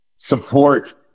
support